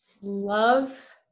love